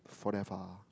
forever